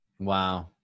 Wow